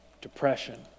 depression